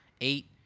eight